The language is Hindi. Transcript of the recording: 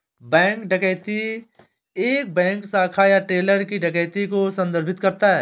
बैंक डकैती एक बैंक शाखा या टेलर की डकैती को संदर्भित करता है